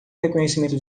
reconhecimento